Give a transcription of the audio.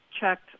checked